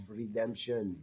redemption